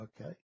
Okay